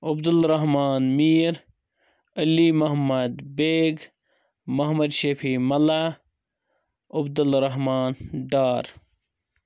Abdul Rahman Mir Ali Mohammad Beg Mohammad Shafi Mulla Abdulrahman Dar